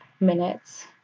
minutes